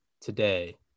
today